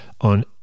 on